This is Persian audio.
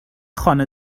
خانه